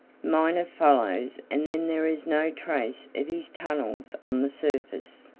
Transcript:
miner follows and then there is no trace of his tunnels on the surface.